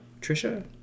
Trisha